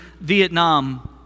Vietnam